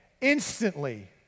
instantly